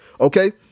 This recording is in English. Okay